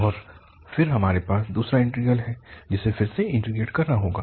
और फिर हमारे पास दूसरा इंटीग्रल है जिसे फिर से इंटीग्रेट करना होगा